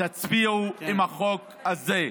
תצביעו עם החוק הזה.